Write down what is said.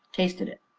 tasted it,